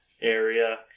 area